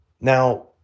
Now